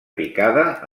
picada